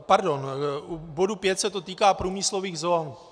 Pardon, u bodu 5 se to týká průmyslových zón.